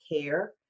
care